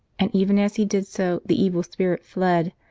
and even as he did so the evil spirit fled,